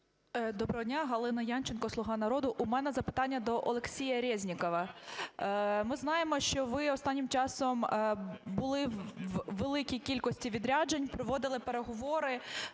Доброго дня, Галина Янченко, "Слуга народу". У мене запитання до Олексія Резнікова. Ми знаємо, що ви останнім часом були у великій кількості відряджень, проводили переговори,